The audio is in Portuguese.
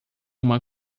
uma